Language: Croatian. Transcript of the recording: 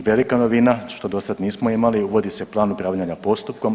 I velika novina što do sad nismo imali uvodi se plan upravljanja postupkom.